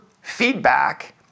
feedback